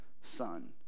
Son